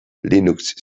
linux